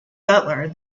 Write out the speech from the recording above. butler